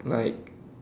like